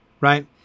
right